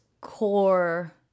core